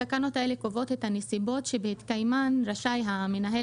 התקנות האלה קובעות את הנסיבות שבהתקיימן רשאי המנהל